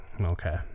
okay